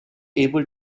able